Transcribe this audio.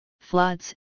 floods